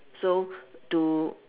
so to